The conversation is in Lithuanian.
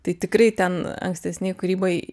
tai tikrai ten ankstesnėj kūryboj